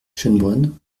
schoenbrunn